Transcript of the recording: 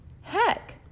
Heck